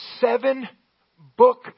seven-book